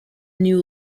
new